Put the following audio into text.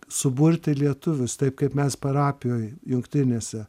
suburti lietuvius taip kaip mes parapijoj jungtinėse